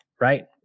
Right